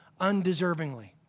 undeservingly